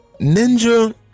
ninja